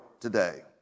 today